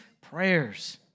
prayers